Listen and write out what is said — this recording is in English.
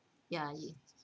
ah